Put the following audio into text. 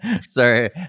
sorry